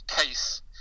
case